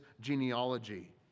genealogy